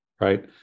right